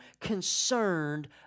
concerned